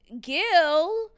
Gil